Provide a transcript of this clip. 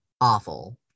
awful